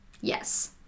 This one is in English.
yes